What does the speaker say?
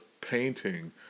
painting